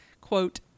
quote